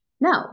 no